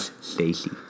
Stacy